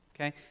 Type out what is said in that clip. Okay